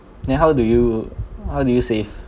then how do you how do you save